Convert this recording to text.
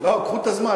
קחו את הזמן.